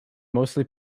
mostly